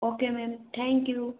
okay ma'am thank you